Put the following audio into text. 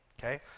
okay